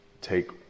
take